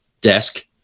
desk